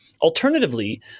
Alternatively